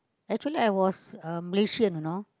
actually I was uh Malaysian you know